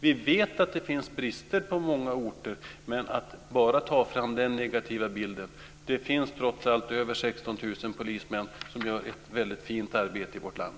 Vi vet att det finns brister på många orter men att bara ta fram den negativa bilden är fel. Det finns trots allt över 16 000 polismän som gör ett väldigt fint arbete i vårt land.